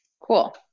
Cool